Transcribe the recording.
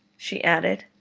she added,